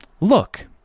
look